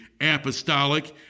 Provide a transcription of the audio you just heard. apostolic